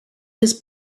his